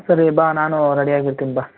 ಸರಿ ಬಾ ನಾನು ರೆಡಿಯಾಗಿರ್ತೀನಿ ಬಾ